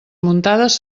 muntades